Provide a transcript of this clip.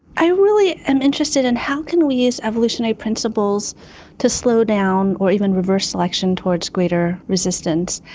i really am interested in how can we use evolutionary principles to slow down or even reverse selection towards greater resistance.